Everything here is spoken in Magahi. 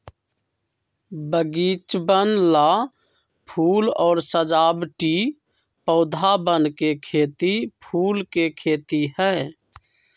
बगीचवन ला फूल और सजावटी पौधवन के खेती फूल के खेती है